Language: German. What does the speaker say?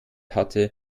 hatte